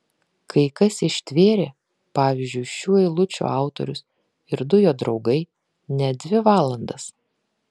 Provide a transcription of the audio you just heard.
kai kas ištvėrė pavyzdžiui šių eilučių autorius ir du jo draugai net dvi valandas